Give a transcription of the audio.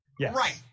Right